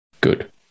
good